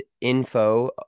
info